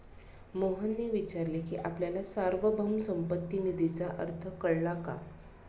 मोहनने विचारले की आपल्याला सार्वभौम संपत्ती निधीचा अर्थ कळला का?